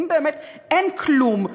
אם באמת אין כלום,